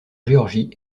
géorgie